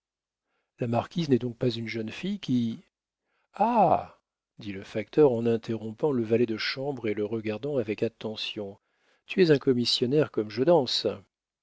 la marquise n'est donc pas une jeune fille qui ah dit le facteur en interrompant le valet de chambre et le regardant avec attention tu es un commissionnaire comme je danse